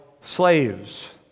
slaves